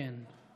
בוועדת החוקה,